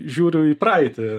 žiūriu į praeitį